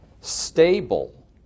stable